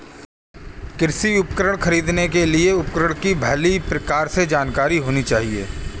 कृषि उपकरण खरीदने के लिए उपकरण की भली प्रकार से जानकारी होनी चाहिए